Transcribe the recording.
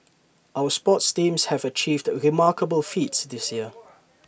our sports teams have achieved remarkable feats this year